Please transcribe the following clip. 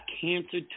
cancer